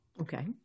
Okay